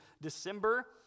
December